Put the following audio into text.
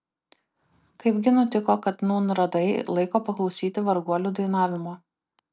kaipgi nutiko kad nūn radai laiko paklausyti varguolių dainavimo